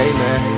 Amen